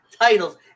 titles